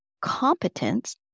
competence